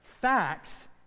facts